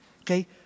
Okay